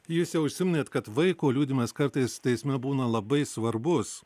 jūs jau užsiminėt kad vaiko liudijimas kartais teisme būna labai svarbus